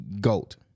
goat